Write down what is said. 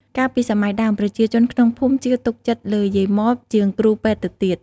កាលពីសម័យដើម ប្រជាជនក្នុងភូមិជឿទុកចិត្តលើយាយម៉បជាងគ្រូពេទ្យទៅទៀត។